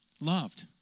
loved